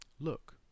Look